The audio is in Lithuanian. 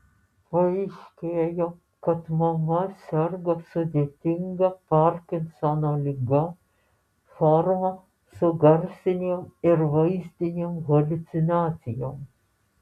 paaiškėjo kad mama serga sudėtinga parkinsono ligos forma su garsinėm ir vaizdinėm haliucinacijom